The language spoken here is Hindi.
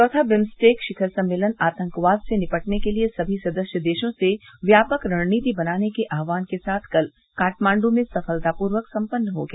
चौथा बिम्सटेक शिखर सम्मेलन आतंकवाद से निपटने के लिए सभी सदस्य देशों से व्यापक रणनीति बनाने के आह्वान के साथ कल काठमांड् में सफलतापूर्वक सम्पन्न हो गया